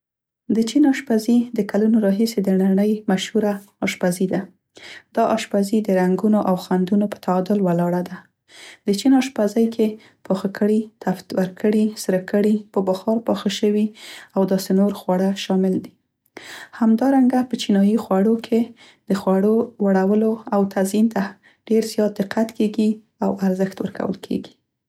د چین اشپزي د کلونو راهیسې د نړۍ مشهوره اشپزي ده. دا اشپزي د رنګونو او خوندونو په تعادل ولاړه ده. د چین اشپزۍ کې پاخه کړي، تفت ورکړي، سره کړي، په بخار پاخه شوي او داسې نور خواړه شامل دي. همدارنګه په چینايی خوړو کې کې د خوړو وړولو او تزئین ته ډیر زیات دقت کیګي او ارزښت ورکول کیګي.